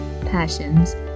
passions